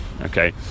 Okay